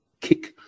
kick